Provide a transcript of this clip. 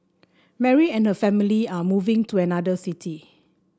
Mary and her family were moving to another city